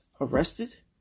arrested